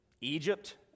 Egypt